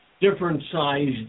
different-sized